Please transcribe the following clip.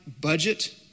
budget